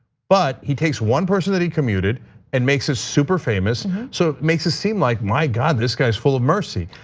but he takes one person that he commuted and makes us super famous. so makes it seem like, my god, this guy's full of mercy,